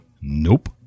Nope